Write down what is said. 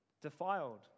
defiled